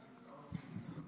כנסת